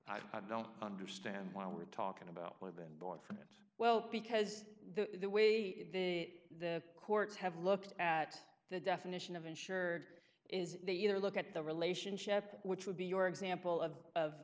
i don't understand why we're talking about what's been born from it well because the way the courts have looked at the definition of insured is they either look at the relationship which would be your example of